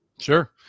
Sure